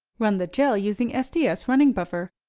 run the gel using sds running buffer.